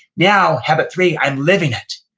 now, habit three, i'm living it